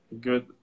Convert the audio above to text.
good